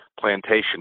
plantation